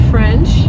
French